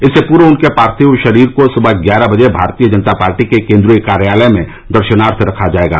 इससे पूर्व उनके पार्थिक शरीर को सुबह ग्यारह बजे भारतीय जनता पार्टी के केन्द्रीय कार्यालय में दशनार्थ रखा जायेगा